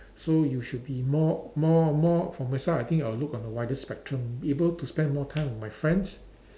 so you should be more more more for myself I think I'll look on a wider spectrum able to spend more time with my friends